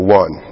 one